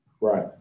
Right